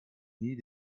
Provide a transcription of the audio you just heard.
nie